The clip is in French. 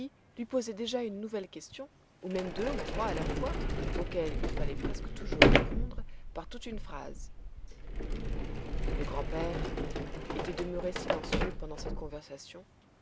lui posait déjà une nouvelle question ou même deux ou trois à la fois auxquelles il fallait presque toujours répondre par toute une phrase le grand-père était demeuré silencieux pendant cette conversation